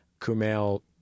Kumail